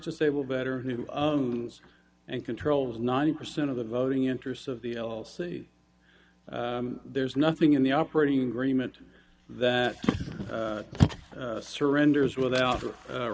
disabled veteran who owns and controls ninety percent of the voting interests of the l c there's nothing in the operating agreement that surrenders without a